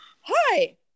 hi